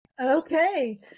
Okay